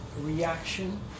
Reaction